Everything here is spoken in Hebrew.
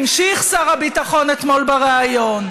המשיך שר הביטחון אתמול בריאיון,